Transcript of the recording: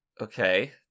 Okay